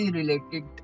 related